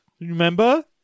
Remember